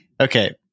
Okay